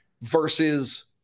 versus